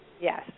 Yes